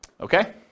Okay